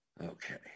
Okay